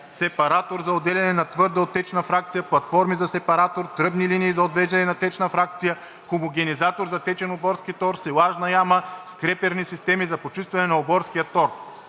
сепаратор за отделяне на твърда от течна фракция, платформа за сепаратор, тръбни линии за отвеждане на течна фракция, хомогенизатор за течен оборски тор, силажна яма, скреперни системи за почистване на оборски тор.